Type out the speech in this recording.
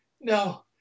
no